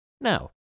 Now